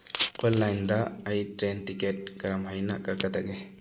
ꯑꯣꯟꯂꯥꯏꯟꯗ ꯑꯩ train ticket ꯀꯔꯝ ꯍꯥꯏꯅ ꯀꯛꯀꯗꯒꯦ